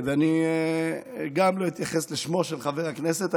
אני גם לא אתייחס לשמו של חבר הכנסת,